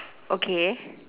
okay